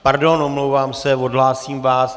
Pardon, omlouvám se, odhlásím vás.